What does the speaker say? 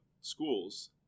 schools